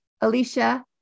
Alicia